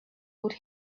would